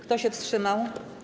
Kto się wstrzymał?